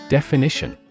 Definition